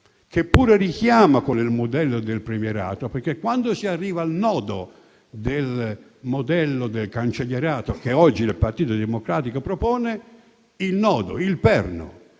che pure richiama il modello del premierato, perché quando si arriva al nodo del modello del cancellierato, che oggi il Partito Democratico propone, il nodo, il perno,